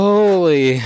Holy